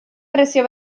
prezio